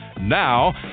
Now